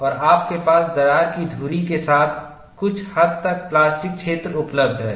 और आपके पास दरार की धुरी के साथ कुछ हद तक प्लास्टिक क्षेत्र उपलब्ध है